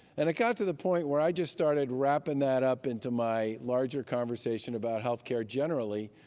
and it got to the point where i just started wrapping that up into my larger conversation about health care generally,